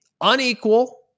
unequal